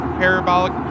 parabolic